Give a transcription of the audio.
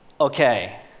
okay